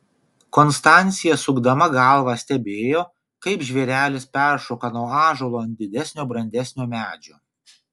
konstancija sukdama galvą stebėjo kaip žvėrelis peršoka nuo ąžuolo ant didesnio brandesnio medžio